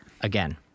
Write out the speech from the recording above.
Again